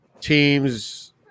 teams